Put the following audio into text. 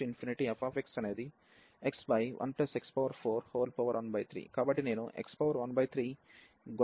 కాబట్టి నేను x13 గుణకముకు తీసుకోవచ్చు